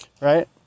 right